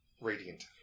Radiant